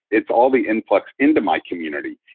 it's all the influx into my community.